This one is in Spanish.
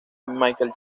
michael